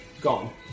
gone